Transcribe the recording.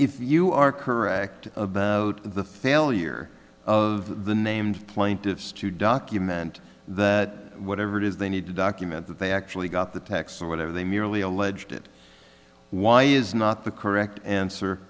if you are correct about the failure of the named plaintiffs to document that whatever it is they need to document that they actually got the text or whatever they merely alleged it why is not the correct answer